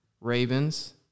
Ravens